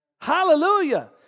Hallelujah